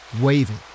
waving